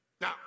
Now